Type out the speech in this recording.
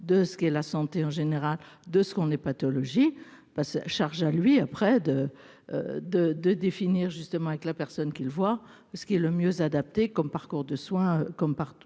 de ce qu'est la santé en général, de ce qu'on ait pathologies parce, charge à lui après de, de, de définir justement avec la personne qu'il voit ce qui est le mieux adapté comme parcours de soin comme parcours